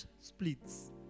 splits